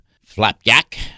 flapjack